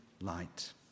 light